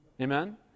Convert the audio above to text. Amen